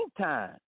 time